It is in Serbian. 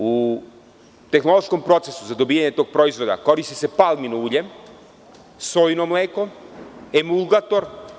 U tehnološkom procesu za dobijanje tog proizvoda koristi se palmino ulje, sojino mleko, emulgator.